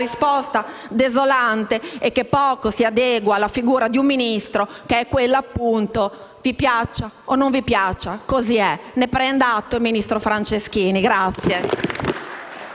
risposta desolante e che poco si adegua alla figura di un Ministro, che è quella appunto: vi piaccia o non vi piaccia, così è. Ne prenda atto, ministro Franceschini.